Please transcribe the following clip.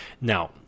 now